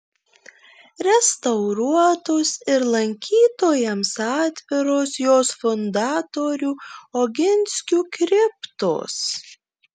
restauruotos ir lankytojams atviros jos fundatorių oginskių kriptos